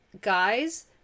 guys